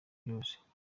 byose